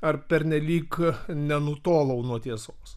ar pernelyg nenutolau nuo tiesos